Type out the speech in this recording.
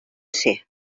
ser